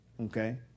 Okay